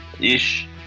ish